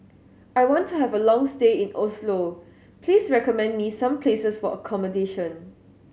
I want to have a long stay in Oslo please recommend me some places for accommodation